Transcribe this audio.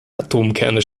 atomkerne